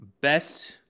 best